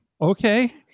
okay